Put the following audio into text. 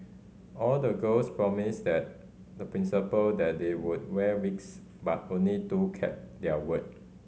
all the girls promised that the Principal that they would wear wigs but only two kept their word